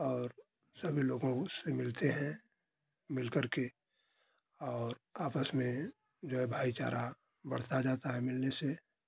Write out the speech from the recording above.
और सभी लोगों से मिलते हैं मिलकर के और आपस में जो है भाईचारा बढ़ता जाता है मिलने से